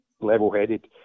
level-headed